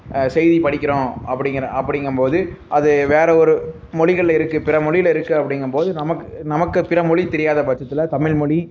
செய்தி படிக்கிறோம் அப்படிங்கிற அப்படிங்கும்போது அது வேற ஒரு மொழிகள்ல இருக்கு பிற மொழியில் இருக்குது அப்படிங்கும்போது நமக்கு நமக்கு பிறமொழி தெரியாத பட்சத்தில் தமிழ்மொழி